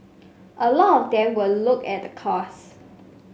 a lot of them will look at the cost